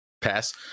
Pass